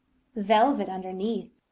velvet underneath.